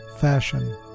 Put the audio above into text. fashion